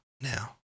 now